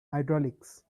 hydraulics